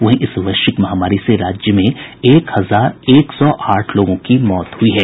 वहीं इस वैश्विक महामारी से राज्य में एक हजार एक सौ आठ लोगों की मौत हुई है